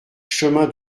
chemin